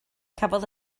cafodd